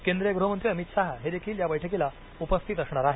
केंद्रीय गृहमंत्री अमित शहा हे देखील या बैठकीला उपस्थित असणार आहेत